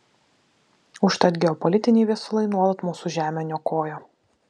užtat geopolitiniai viesulai nuolat mūsų žemę niokojo